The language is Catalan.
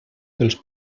dels